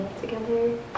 together